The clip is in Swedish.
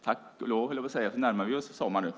Tack och lov närmar vi oss sommaren nu.